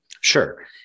Sure